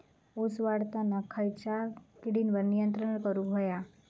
ऊस वाढताना खयच्या किडींवर नियंत्रण करुक व्हया?